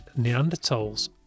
Neanderthals